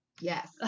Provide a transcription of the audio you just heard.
Yes